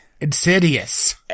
Insidious